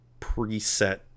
preset